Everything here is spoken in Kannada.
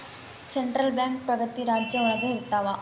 ಸೆಂಟ್ರಲ್ ಬ್ಯಾಂಕ್ ಪ್ರತಿ ರಾಜ್ಯ ಒಳಗ ಇರ್ತವ